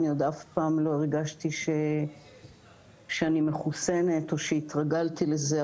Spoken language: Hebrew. אני עוד אף פעם לא הרגשתי שאני מחוסנת או שהתרגלתי לזה,